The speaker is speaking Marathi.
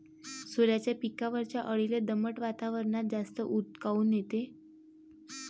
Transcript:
सोल्याच्या पिकावरच्या अळीले दमट वातावरनात जास्त ऊत काऊन येते?